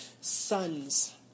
sons